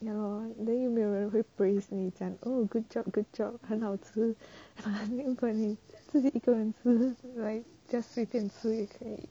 ya lor then 有没有人会 praised 你讲 oh good job good job 很好吃啊 then 如果你自己一个人吃 just 随便吃也可以